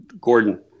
Gordon